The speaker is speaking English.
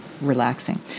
relaxing